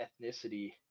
ethnicity